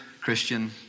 Christian